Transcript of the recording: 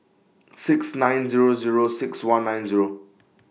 six nine Zero Zero six one nine Zero